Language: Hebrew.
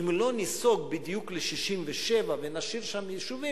אם לא ניסוג בדיוק ל-67' ונשאיר שם יישובים,